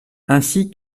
ainsi